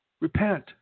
Repent